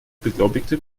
beglaubigte